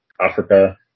Africa